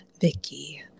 Vicky